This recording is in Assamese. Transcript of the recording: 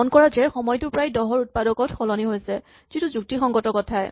মন কৰা যে সময়টো প্ৰায় দহৰ উৎপাদকত সলনি হৈছে যিটো যুক্তিসংগত কথা